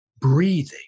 breathing